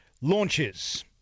launches